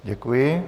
Děkuji.